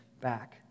back